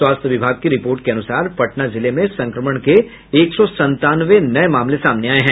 स्वास्थ्य विभाग की रिपोर्ट के अनुसार पटना जिले में संक्रमण के एक सौ संतानवे नये मामले सामने आये हैं